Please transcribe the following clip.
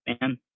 man